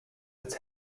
its